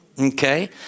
Okay